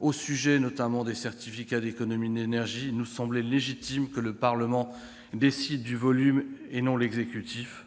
Au sujet notamment des certificats d'économies d'énergie, il nous semblait légitime que le Parlement, et non l'exécutif,